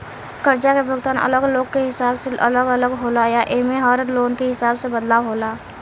कर्जा के भुगतान अलग लोन के हिसाब से अलग अलग होला आ एमे में हर लोन के हिसाब से बदलाव होला